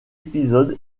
épisode